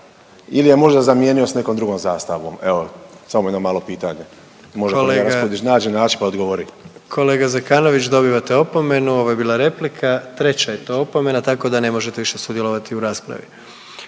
ili je možda zamijenio s nekom drugom zastavom? Evo, samo jedno malo pitanje, možda kolega Raspudić nađe način pa odgovori. **Jandroković, Gordan (HDZ)** Kolega Zekanović dobivate opomenu, ovo je bila replika, treća je to opomena tako da ne možete više sudjelovati u raspravi.